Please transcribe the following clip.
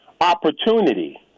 opportunity